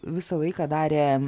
visą laiką darė